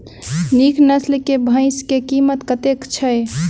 नीक नस्ल केँ भैंस केँ कीमत कतेक छै?